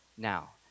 Now